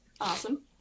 awesome